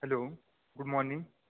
hello good morning